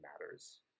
matters